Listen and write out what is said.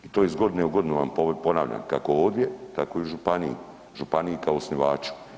I to iz godine u godinu vam ponavljam kako ovdje, tako i u županiji, županiji kao osnivaču.